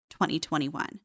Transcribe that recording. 2021